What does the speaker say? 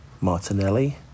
Martinelli